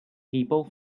people